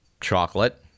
chocolate